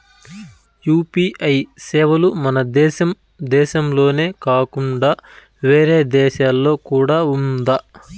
UPI సేవలు మన దేశం దేశంలోనే కాకుండా వేరే దేశాల్లో కూడా ఉందా?